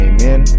Amen